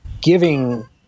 giving